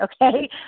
okay